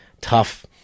tough